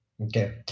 okay